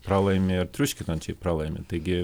pralaimi ir triuškinančiai pralaimi taigi